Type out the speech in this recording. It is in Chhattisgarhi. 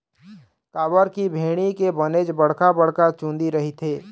काबर की भेड़ी के बनेच बड़का बड़का चुंदी रहिथे